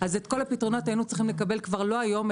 אז את כל הפתרונות היינו צריכים לקבל לא היום,